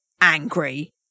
angry